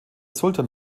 sultan